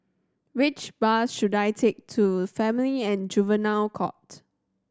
which bus should I take to Family and Juvenile Court